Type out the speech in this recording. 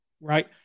right